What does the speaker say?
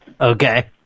Okay